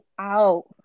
out